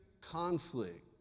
conflict